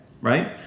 right